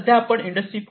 सध्या आपण इंडस्ट्री 4